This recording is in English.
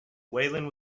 whelan